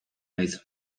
naiz